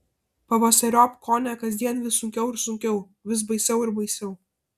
pavasariop kone kasdien vis sunkiau ir sunkiau vis baisiau ir baisiau